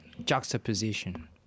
Juxtaposition